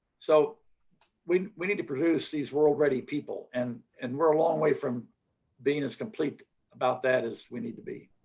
so we we need to produce these role ready people and and we're a long way from being as complete about that as we need to be.